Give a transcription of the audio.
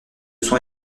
sont